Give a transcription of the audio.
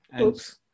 Oops